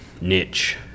niche